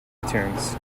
itunes